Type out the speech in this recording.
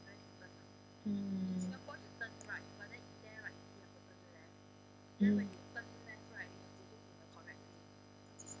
mm mm